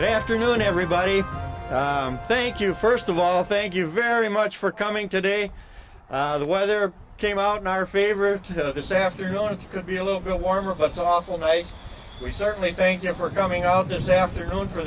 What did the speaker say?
day afternoon everybody thank you first of all thank you very much for coming today the weather came out in our favor this afternoon it's going to be a little bit warmer but it's awful nice we certainly thank you for coming out this afternoon for